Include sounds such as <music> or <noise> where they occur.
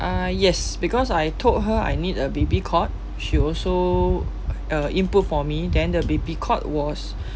uh yes because I told her I need a baby cot she also uh input for me then the baby cot was <breath>